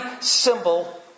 symbol